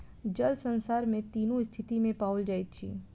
जल संसार में तीनू स्थिति में पाओल जाइत अछि